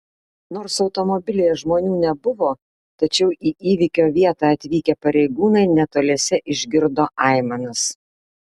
nors automobilyje žmonių nebuvo tačiau į įvykio vietą atvykę pareigūnai netoliese išgirdo aimanas